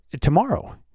tomorrow